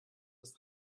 das